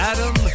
Adam